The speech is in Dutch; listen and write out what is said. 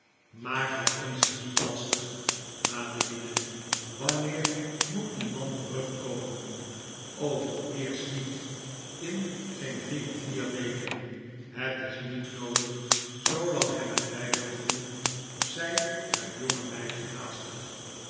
maak het ons niet lastig madeline wanneer moet die man terugkomen vooreerst niet in geen drie of vier weken het is niet noodig zoolang hebben wij wel genoeg zei het jonge meisje haastig